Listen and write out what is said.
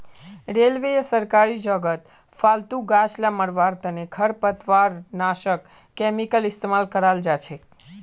railway या सरकारी जगहत फालतू गाछ ला मरवार तने खरपतवारनाशक केमिकल इस्तेमाल कराल जाछेक